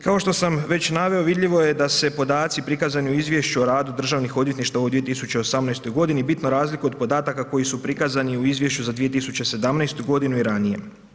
Kao što sam već naveo vidljivo je da se podaci prikazani u Izvješću o radu državnih odvjetništava u 2018. godini bitno razlikuju od podataka koji su prikazani u Izvješću za 2017. godinu i ranije.